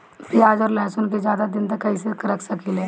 प्याज और लहसुन के ज्यादा दिन तक कइसे रख सकिले?